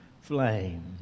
flame